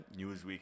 Newsweek